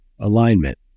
alignment